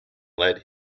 led